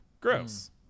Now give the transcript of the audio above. Gross